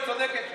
היא צודקת.